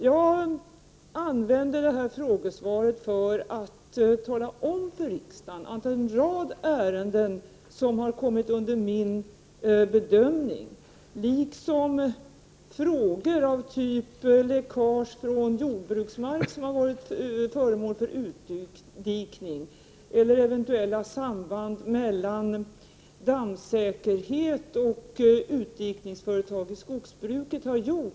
Jag använde det här frågesvaret för att tala om för riksdagen att jag bedömer det som viktigt att en gång till gå igenom hur man skall se på en rad ärenden som har kommit under min bedömning liksom på frågor av typ läckage från jordbruksmark som har varit föremål för utdikning eller eventuella samband mellan dammsäkerhet och utdikningsföretag i skogsbruket.